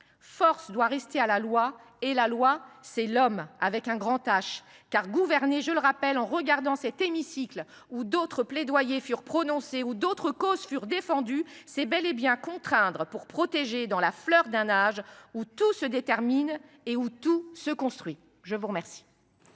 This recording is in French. Force doit rester à la loi. Et la loi, c’est l’Homme, avec un grand H. En effet, gouverner – je le rappelle en regardant cet hémicycle où d’autres plaidoyers furent prononcés, où d’autres causes furent défendues –, c’est bel et bien contraindre pour protéger ceux qui se trouvent dans la fleur de l’âge, un âge où tout se détermine et où tout se construit. La parole